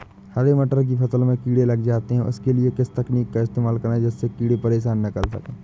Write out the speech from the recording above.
हरे मटर की फसल में कीड़े लग जाते हैं उसके लिए किस तकनीक का इस्तेमाल करें जिससे कीड़े परेशान ना कर सके?